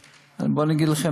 בוא אגיד לכם,